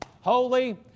holy